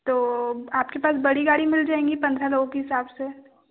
तो आपके पास बड़ी गाड़ी मिल जाएगी पंद्रह लोग के हिसाब से